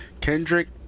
Kendrick